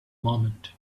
moment